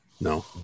No